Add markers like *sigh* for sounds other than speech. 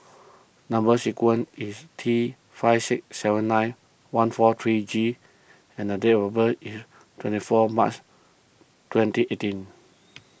Number Sequence is T five six seven nine one four three G and the date of birth is twenty four March twenty eighteen *noise*